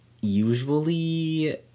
usually